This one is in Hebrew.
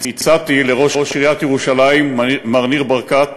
הצעתי לראש עיריית ירושלים מר ניר ברקת